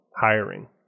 hiring